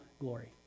glory